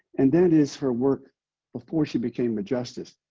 and that is her work before she became a justice.